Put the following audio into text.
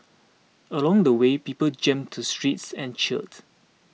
along the way people jammed the streets and cheered